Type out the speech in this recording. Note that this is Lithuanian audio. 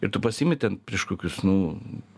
ir tu pasiimi ten prieš kokius nu